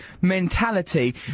mentality